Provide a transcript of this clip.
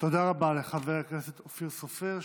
תודה רבה לחבר הכנסת אופיר סופר,